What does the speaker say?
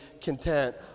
content